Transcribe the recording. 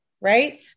right